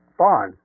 fun